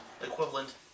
Equivalent